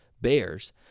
Bears